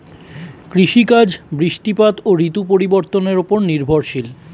কৃষিকাজ বৃষ্টিপাত ও ঋতু পরিবর্তনের উপর নির্ভরশীল